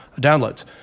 downloads